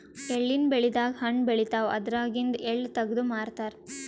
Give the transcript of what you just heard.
ಎಳ್ಳಿನ್ ಬೆಳಿದಾಗ್ ಹಣ್ಣ್ ಬೆಳಿತಾವ್ ಅದ್ರಾಗಿಂದು ಎಳ್ಳ ತಗದು ಮಾರ್ತಾರ್